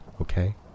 okay